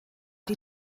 die